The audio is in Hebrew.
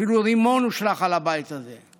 אפילו רימון הושלך על הבית הזה.